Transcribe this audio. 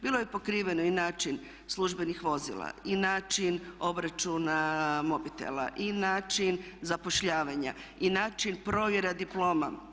Bilo je pokriveno i način službenih vozila i način obračuna mobitela i način zapošljavanja i način provjere diploma.